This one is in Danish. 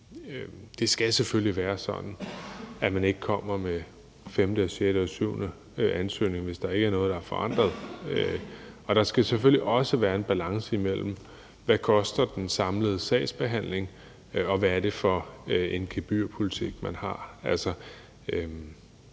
Det skal selvfølgelig være sådan, at man ikke kommer med den femte, sjette eller syvende ansøgning, hvis der ikke er noget, der er forandret, og der skal selvfølgelig også være en balance imellem, hvad den samlede sagsbehandling koster, og hvad det er for en gebyrpolitik, man har.